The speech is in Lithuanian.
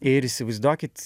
ir įsivaizduokit